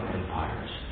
empires